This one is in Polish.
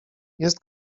jest